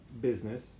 business